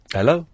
Hello